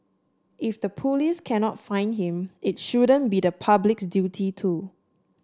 if the police cannot find him it shouldn't be the public's duty to